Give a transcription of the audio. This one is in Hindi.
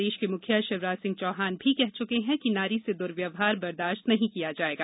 प्रदेश के मुखिया शिवराज सिंह चौहान भी कह चुके हैं कि नारी से दुर्व्यवहार बर्दाश्त नहीं किया जायेगा